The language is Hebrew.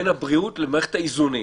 בין הבריאות למערכת האיזונים.